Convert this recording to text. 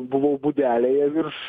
buvau būdelėje virš